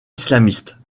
islamiste